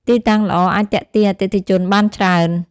ទីតាំងល្អអាចទាក់ទាញអតិថិជនបានច្រើន។